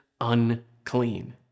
unclean